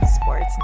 Sports